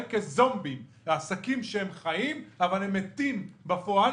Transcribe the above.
כזומבי עסקים שהם חיים אבל הם מתים בפועל,